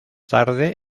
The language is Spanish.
tarde